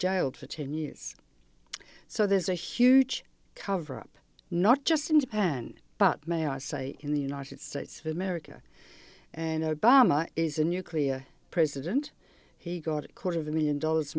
for ten years so there's a huge cover up not just in japan but may i say in the united states of america and obama is a nuclear president he got a quarter of a million dollars